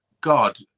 God